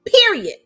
period